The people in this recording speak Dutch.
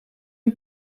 een